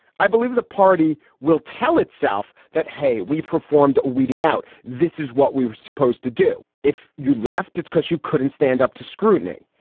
i believe the party will tell itself that, hey, we performed a weeding out. this is what we were supposed to do. if you left it because you couldn't stand up to scrutiny.